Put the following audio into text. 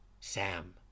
Sam